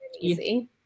easy